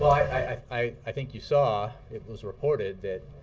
i i think you saw, it was reported, that